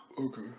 Okay